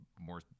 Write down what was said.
More